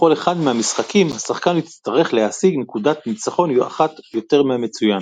בכל אחד מהמשחקים השחקן יצטרך להשיג נקודת ניצחון אחת יותר מהמצוין.